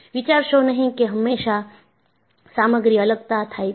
વિચારશો નહી કે હંમેશા સામગ્રી અલગતા થાય છે